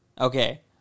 Okay